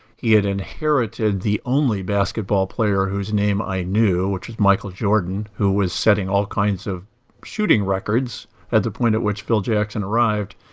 he had inherited the only basketball player whose name i knew, which is michael jordan, who was setting all kinds of shooting records at the point at which phil jackson arrived.